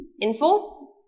info